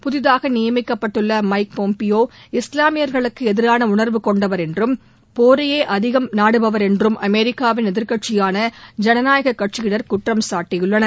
புதிதாக நியமிக்கப்பட்டுள்ள Mike Pompeo இஸ்லாமியர்களுக்கு எதிரான உணர்வு கொண்டவர் என்றும் போரையே அதிகம் நாடுபவர் என்றும் அமெரிக்காவின் எதிர்க்கட்சிபான ஜனநாய கட்சியினர் குற்றம்சாட்டியுள்ளனர்